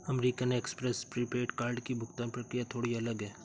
American Express prepaid card की भुगतान प्रक्रिया थोड़ी अलग है